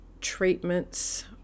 treatments